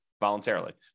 voluntarily